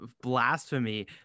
blasphemy